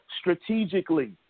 strategically